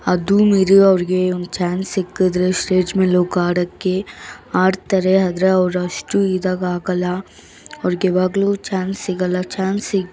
ಅದೂ ಮೀರಿ ಅವರಿಗೆ ಒಂದು ಚಾನ್ಸ್ ಸಿಕ್ಕಿದ್ರೆ ಸ್ಟೇಜ್ ಮೇಲೆ ಹೋಗಿ ಆಡೋಕ್ಕೆ ಆಡ್ತಾರೆ ಆದರೆ ಅವರು ಅಷ್ಟು ಇದಾಗಕಾಗೋಲ್ಲ ಅವರಿಗೆ ಇವಾಗಲೂ ಚಾನ್ಸ್ ಸಿಗೋಲ್ಲ ಚಾನ್ಸ್ ಸಿ